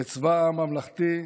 כצבא עם ממלכתי,